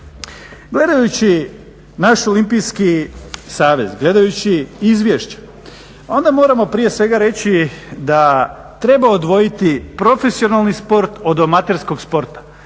Gledajući naš Olimpijski savez, gledajući izvješća, onda moramo prije svega reći da treba odvojiti profesionalni sport od amaterskog sporta.